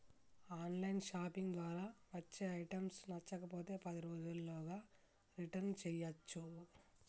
on line shopping ద్వారా వచ్చే items నచ్చకపోతే పది రోజుల్లోగా రిటర్న్ చేయ్యచ్చు